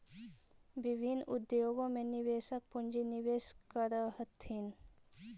विभिन्न उद्योग में निवेशक पूंजी निवेश करऽ हथिन